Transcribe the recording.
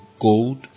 gold